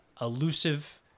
elusive